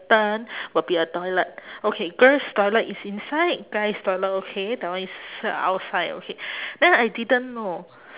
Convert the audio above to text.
turn will be a toilet okay girls' toilet is inside guys' toilet okay that one is uh outside okay then I didn't know